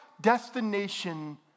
destination